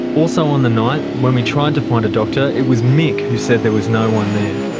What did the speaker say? also on the night, when we tried to find a doctor, it was mick who said there was no one there.